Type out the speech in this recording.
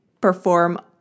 perform